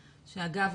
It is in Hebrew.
ואגב,